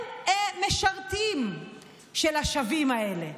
הם משרתים של השווים האלה,